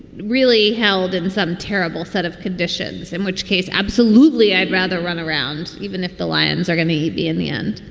really held in some terrible set of conditions, in which case absolutely. i'd rather run around even if the lions are gonna eat in the end